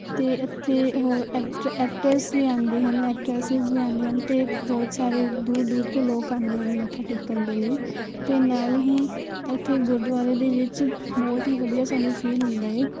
ਅਤੇ ਇੱਥੇ actor actors ਵੀ ਆਉਂਦੇ ਹਨ ਐਕਟਰੇਸਿਸ ਵੀ ਆਉਂਦੀਆਂ ਹਨ ਅਤੇ ਬਹੁਤ ਸਾਰੇ ਦੂਰ ਦੂਰ ਤੋਂ ਲੋਕ ਆਉਂਦੇ ਹਨ ਮੱਥਾ ਟੇਕਣ ਦੇ ਲਈ ਅਤੇ ਨਾਲ ਹੀ ਇੱਥੇ ਗੁਰਦੁਆਰੇ ਦੇ ਵਿੱਚ ਬਹੁਤ ਹੀ ਵਧੀਆ ਸਾਨੂੰ ਫੀਲ ਹੁੰਦੇ ਹੈ